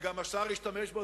וגם השר השתמש בו,